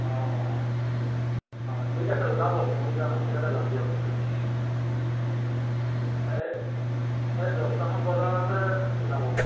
অঁ অঁ অঁ ঠিক আছে ওলাব মইও যাম একেলগে যাম দিয়ক গোটেইসোপা যাম এই এই দহটামান বজাতে ওলাব